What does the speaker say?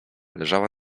leżała